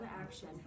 action